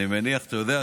אני מניח שאתה יודע,